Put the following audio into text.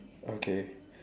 okay